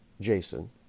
Jason